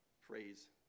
phrase